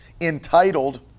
entitled